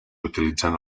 utilitzant